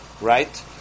Right